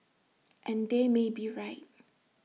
and they may be right